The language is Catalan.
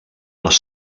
les